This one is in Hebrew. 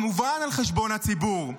כמובן על חשבון הציבור.